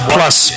Plus